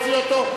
שלישית.